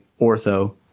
ortho